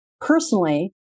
personally